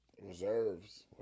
Reserves